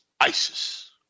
ISIS